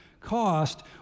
cost